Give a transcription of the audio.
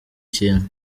kintu